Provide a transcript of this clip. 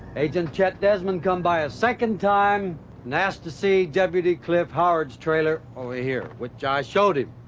agent chet desmond come by a second time and asked to see deputy cliff howard's trailer over here, which i showed him.